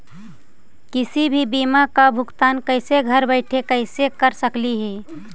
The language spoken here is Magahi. किसी भी बीमा का भुगतान कैसे घर बैठे कैसे कर स्कली ही?